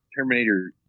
Terminator